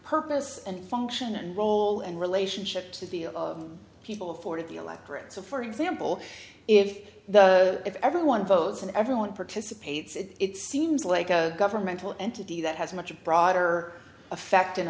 purpose and function and role and relationship to deal people for the electorate so for example if the if everyone votes and everyone participates in it seems like a governmental entity that has a much broader effect in